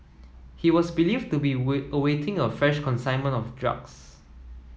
he was believed to be awaiting a fresh consignment of drugs